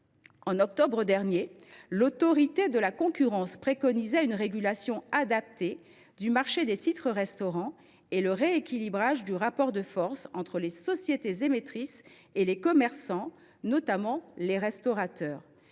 en octobre dernier, l’Autorité de la concurrence préconisait une régulation adaptée du marché des titres restaurant et le rééquilibrage du rapport de force entre les sociétés émettrices et les commerçants, notamment les restaurateurs.